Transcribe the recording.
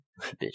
Bitch